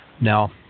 now